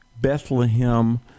Bethlehem